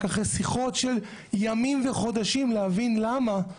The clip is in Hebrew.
אחרי שיחות של ימים וחודשים להבין למה אני